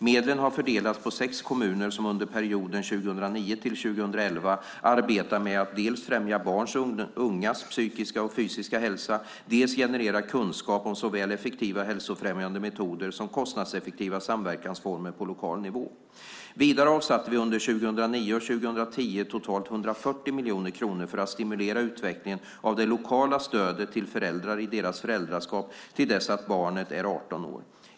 Medlen har fördelats på sex kommuner som under perioden 2009-2011 arbetar med att dels främja barns och ungas psykiska och fysiska hälsa, dels generera kunskap om såväl effektiva hälsofrämjande metoder som kostnadseffektiva samverkansformer på lokal nivå. Vidare avsatte vi under 2009 och 2010 totalt 140 miljoner kronor för att stimulera utvecklingen av det lokala stödet till föräldrar i deras föräldraskap till dess att barnet är 18 år.